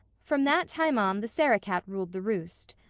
from that time on the sarah-cat ruled the roost.